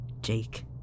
Jake